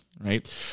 Right